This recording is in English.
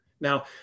Now